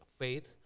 faith